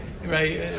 Right